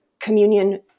communion